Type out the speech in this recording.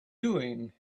doing